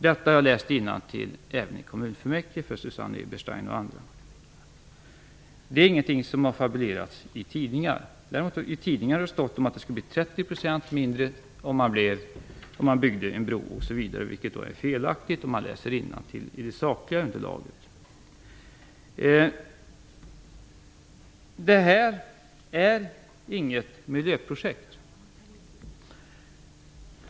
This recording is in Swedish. Detta har jag läst innantill för Susanne Eberstein och andra i kommunfullmäktige. Det är ingenting som fabulerats i tidningar. Däremot har det stått i tidningar att det skulle bli en minskning med 30 % om man bygger en bro, vilket är felaktigt enligt det sakliga underlaget. Det här är inget miljöprojekt.